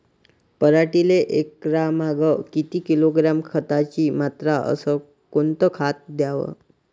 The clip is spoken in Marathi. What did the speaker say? पराटीले एकरामागं किती किलोग्रॅम खताची मात्रा अस कोतं खात द्याव?